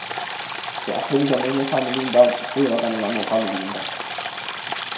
ते असें बी जन्ने होन्ने सानू बी उं'दा सेवा करने दा मौका मिली जंदा ऐ